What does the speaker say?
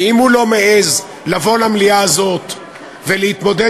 ואם הוא לא מעז לבוא למליאה הזאת ולהתמודד